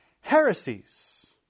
heresies